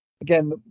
again